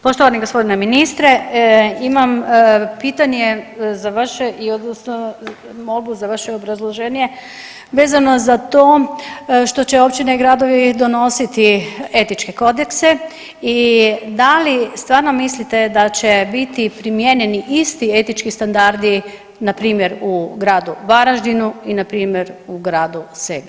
Poštovani g. ministre, imam pitanje za vaše i odnosno molbu za vaše obrazloženje vezano za to što će općine i gradovi donositi etičke kodekse i da li stvarno mislite da će biti primijenjeni isti etički standardi npr. u gradu Varaždinu i npr. u gradu Segetu?